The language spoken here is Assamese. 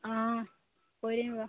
অঁ কৈ দিম বাৰু